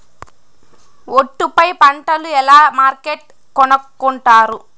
ఒట్టు పై పంటను ఎలా మార్కెట్ కొనుక్కొంటారు?